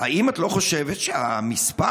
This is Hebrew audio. את לא חושבת שמספר